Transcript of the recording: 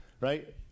right